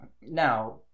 now